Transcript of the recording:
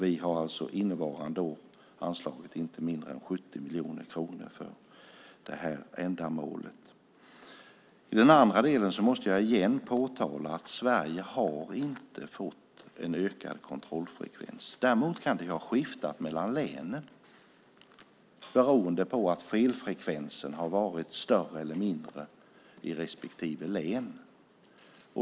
Vi har alltså innevarande år anslagit inte mindre än 70 miljoner kronor för det ändamålet. Vad gäller den andra frågan måste jag åter påtala att Sverige inte fått en ökad kontrollfrekvens. Däremot kan det ha skiftat mellan länen beroende på att felfrekvensen varit större eller mindre i respektive län.